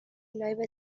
لایو